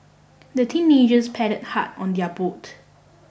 the teenagers paddled hard on their boat